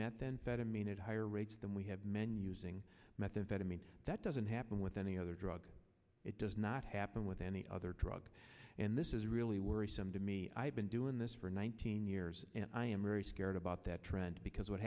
methamphetamine at higher rates than we have men using methamphetamine that doesn't happen with any other drug it does not happen with any other drug and this is really worrisome to me i've been doing this for nineteen years and i am very scared about that trend because what